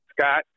Scott